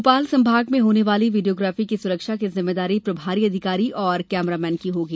भोपाल संभाग मे होने वाली वीडियोग्राफी की सुरक्षा की जिम्मेदारी प्रभारी अधिकारी और कैमरामेन की होगी